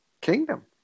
kingdom